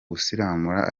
gusiramura